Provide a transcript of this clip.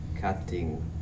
cutting